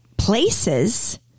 places